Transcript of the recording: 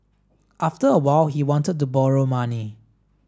after a while he wanted to borrow money